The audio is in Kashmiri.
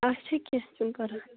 اچھا کیٚنٛہہ چھُنہ پرواے